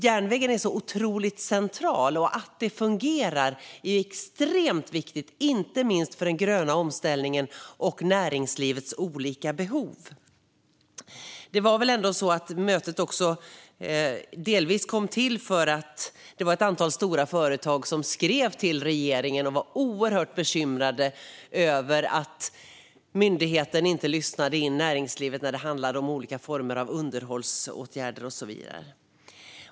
Järnvägen är otroligt central, och det är extremt viktigt att den fungerar, inte minst för den gröna omställningen och näringslivets olika behov. Det var väl så att mötet delvis kom till stånd för att det var ett antal stora företag som skrev till regeringen och var oerhört bekymrade över att myndigheten inte lyssnade in näringslivet när det handlade om olika former av underhållsåtgärder och så vidare.